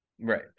Right